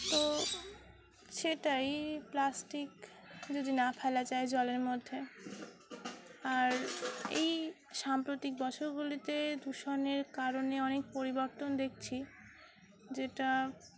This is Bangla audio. তো সেটাই প্লাস্টিক যদি না ফেলা যায় জলের মধ্যে আর এই সাম্প্রতিক বছরগুলিতে দূষণের কারণে অনেক পরিবর্তন দেখছি যেটা